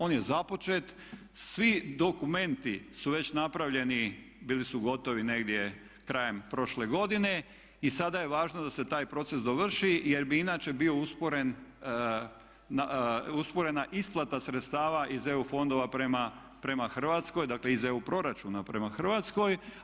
On je započet, svi dokumenti su već napravljeni, bili su gotovi negdje krajem prošle godine i sada je važno da se taj proces dovrši jer bi inače bila usporena isplata sredstava iz EU fondova prema Hrvatskoj, dakle iz EU proračuna prema Hrvatskoj.